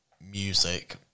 music